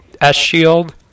S-Shield